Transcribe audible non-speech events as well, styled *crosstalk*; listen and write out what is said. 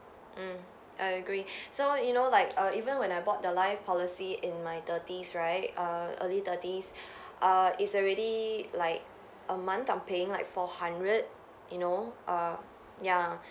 mm I agree *breath* so you know like err even when I bought the life policy in my thirties right err early thirties *breath* err it's already like a month I'm paying like four hundred you know err ya